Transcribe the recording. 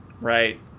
Right